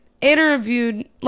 interviewed